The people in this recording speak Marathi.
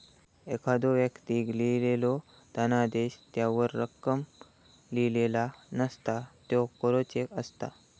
एखाद्दो व्यक्तीक लिहिलेलो धनादेश त्यावर रक्कम लिहिलेला नसता, त्यो कोरो चेक असता